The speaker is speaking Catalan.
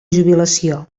jubilació